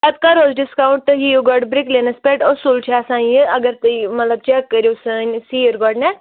پَتہٕ کَرو أسۍ ڈِسکاوُنٛٹ تُہۍ ییُو گۄڈٕ برٛکلینَس پٮ۪ٹھ اَصوٗل چھُ آسان یہِ اگر تُہۍ مطلب چیٚک کٔرِو سٲنۍ سیٖر گۄڈٕنیٚتھ